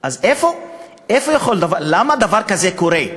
למה דבר כזה קורה?